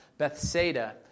Bethsaida